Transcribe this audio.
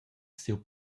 siu